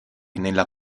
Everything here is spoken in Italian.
nella